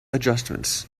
adjustments